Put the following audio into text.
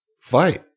fight